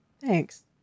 Thanks